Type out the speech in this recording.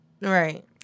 right